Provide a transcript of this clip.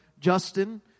Justin